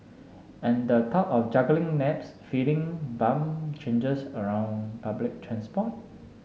and the thought of juggling naps feeding bum changes around public transport